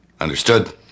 Understood